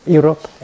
Europe